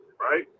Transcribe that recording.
right